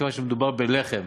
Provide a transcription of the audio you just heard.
מכיוון שמדובר בלחם.